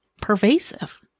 pervasive